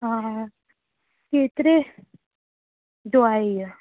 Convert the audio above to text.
हा हा केतिरे जो आहे हीअं